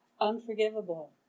unforgivable